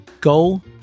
Goal